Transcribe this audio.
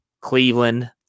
Cleveland